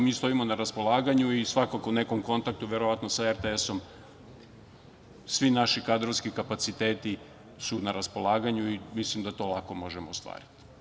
Mi stojimo na raspolaganju i svakako u nekom kontaktu sa RTS svi naši kadrovski kapacitetu su na raspolaganju i mislim da to lako možemo i ostvariti.